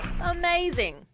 Amazing